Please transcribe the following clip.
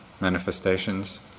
manifestations